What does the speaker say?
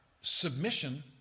submission